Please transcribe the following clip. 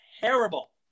terrible